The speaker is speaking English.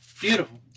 beautiful